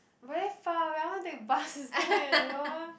very far wait I want to take bus instead you know